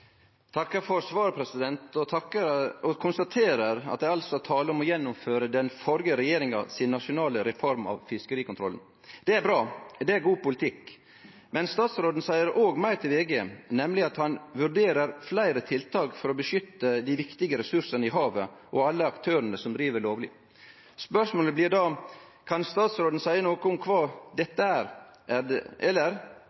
takkar for svaret og konstaterer at det er tale om å gjennomføre den førre regjeringa si nasjonale reform av fiskerikontrollen. Det er bra. Det er god politikk. Men statsråden seier meir til VG, nemleg at han vurderer fleire tiltak «for å beskytte de viktige ressursene i havet og alle aktørene som driver lovlig». Spørsmålet blir då: Kan statsråden seie noko om kva